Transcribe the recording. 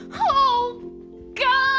oh god!